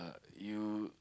you